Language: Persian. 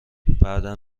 بعدا